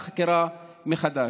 יורה על פתיחת החקירה מחדש.